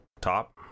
top